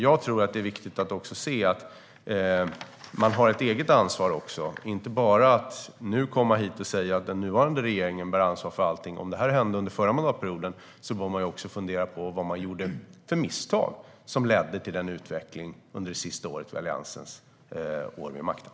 Jag tror att det är viktigt att se att man har ett eget ansvar. Man kan inte bara komma hit och säga att den nuvarande regeringen bär ansvaret för allting. Om det här hände under den förra mandatperioden bör man också fundera över vad man gjorde för misstag som ledde till den utvecklingen under Alliansens sista år vid makten.